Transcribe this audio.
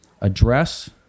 address